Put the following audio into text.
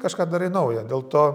kažką darai nauja dėl to